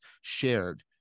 shared